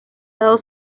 lado